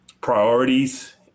priorities